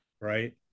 right